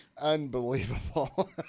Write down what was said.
Unbelievable